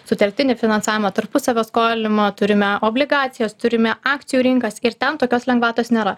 sutelktinį finansavimą tarpusavio skolinimą turime obligacijas turime akcijų rinkas ir ten tokios lengvatos nėra